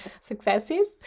successes